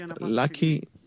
lucky